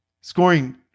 Scoring